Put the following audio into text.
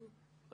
מורן: כן.